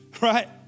right